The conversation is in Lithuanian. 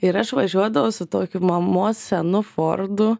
ir aš važiuodavau su tokiu mamos senu fordu